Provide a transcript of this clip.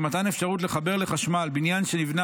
הוא שמתן אפשרות לחבר לחשמל בניין שנבנה